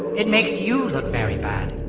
it makes you look very bad.